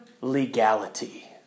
Legality